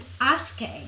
asking